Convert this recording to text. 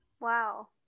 wow